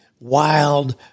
Wild